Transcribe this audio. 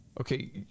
Okay